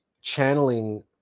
channeling